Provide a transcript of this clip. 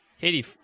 Katie